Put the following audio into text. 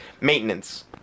maintenance